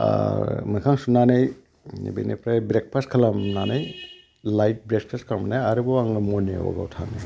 मोखां सुनानै बेनिफ्राय ब्रेकफास्ट खालामनानै लायट ब्रेकफास्ट खालामनाय आरोबाव आङो मरनिं वाकआव थाङो